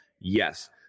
Yes